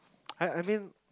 I I mean